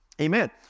Amen